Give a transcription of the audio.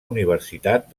universitat